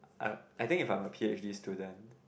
uh I think if I were a P_H_D student